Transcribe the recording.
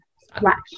splash